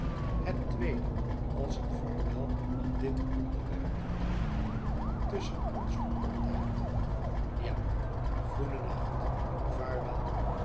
het tweede als een vaarwel aan dit onderwerp tusschen ons voor altijd ja goedennacht vaarwel